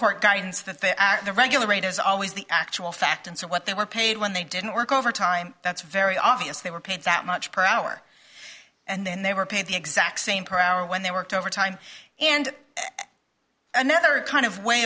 court guidance that the regular rate is always the actual fact and so what they were paid when they didn't work overtime that's very obvious they were paid that much per hour and then they were paid the exact same per hour when they worked overtime and another kind of way